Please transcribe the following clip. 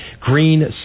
Green